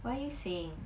what you saying